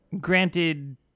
Granted